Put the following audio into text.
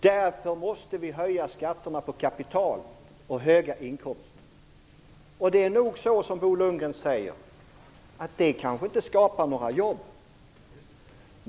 Därför måste vi höja skatterna på kapital och höga inkomster. Det är väl som Bo Lundgren säger, dvs. att detta kanske inte skapar några jobb.